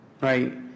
right